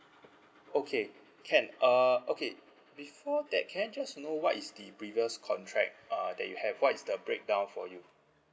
okay can uh okay before that can I just know what is the previous contract uh that you have what is the breakdown for you